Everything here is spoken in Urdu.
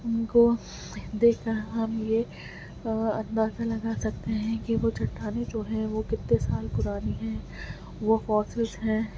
ان کو دیکھ کر ہم یہ اندازہ لگا سکتے ہیں کہ وہ چٹانیں جو ہیں وہ کتنے سال پرانی ہیں وہ ہیں